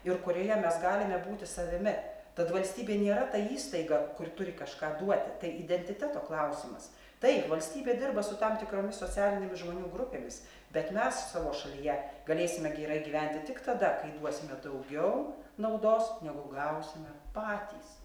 ir kurioje mes galime būti savimi tad valstybė nėra ta įstaiga kur turi kažką duoti tai identiteto klausimas taip valstybė dirba su tam tikromis socialinėmis žmonių grupėmis bet mes savo šalyje galėsime gerai gyventi tik tada kai duosime daugiau naudos negu gausime patys